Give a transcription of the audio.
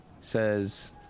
says